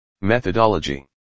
methodology